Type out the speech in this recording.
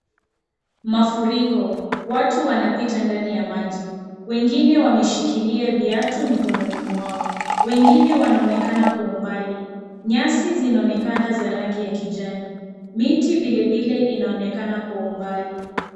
Mafuriko, watu wanapita ndani ya maji, wengine wameshikilia viatu mikononi mwao, wengine wanaonekana kwa umbali. Nyasi zinaonekana za rangi ya kijani, miti vilevile inaonekana kwa umbali.